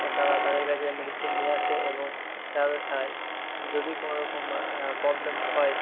তারা তাদের কাছে মেডিসিন নিয়ে আসে এবং যদি কোনো রকম প্রবলেম হয়